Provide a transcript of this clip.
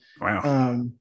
Wow